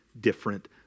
different